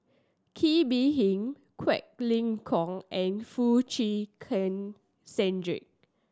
Kee Bee Khim Quek Ling Kiong and Foo Chee Keng Cedric